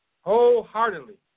wholeheartedly